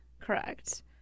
Correct